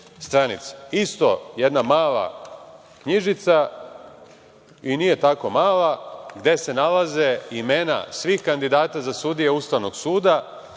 Isto jedna mala knjižica, i nije tako mala, gde se nalaze imena svih kandidata za sudije Ustavnog suda,